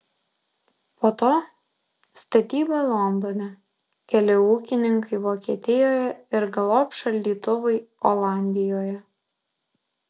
po to statyba londone keli ūkininkai vokietijoje ir galop šaldytuvai olandijoje